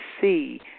see